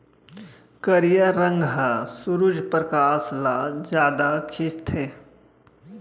करिया रंग ह सुरूज परकास ल जादा खिंचथे